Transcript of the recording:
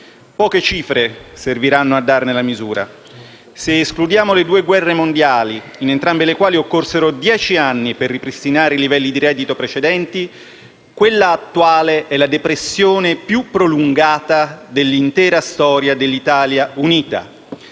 Poche cifre serviranno a darne la misura. Se escludiamo le due guerre mondiali, per entrambe le quali occorsero dieci anni per ripristinare i livelli di reddito precedenti, quella attuale è la depressione più prolungata dell'intera storia dell'Italia unita.